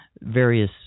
various